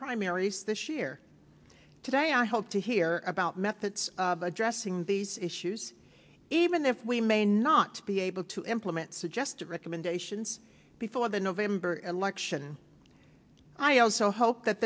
primaries this year today i hope to hear about methods of addressing these issues even if we may not be able to implement suggestive recommendations before the november election i also hope that